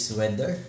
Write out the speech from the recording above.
weather